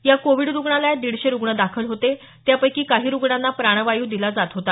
या कोविड रुग्णालयात दीडशे रुग्ण दाखल होते त्यापैकी काही रुग्णांना प्राणवायू दिला जात होता